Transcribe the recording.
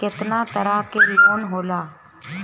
केतना तरह के लोन होला?